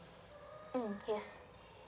mm yes